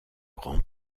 grand